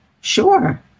Sure